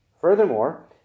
Furthermore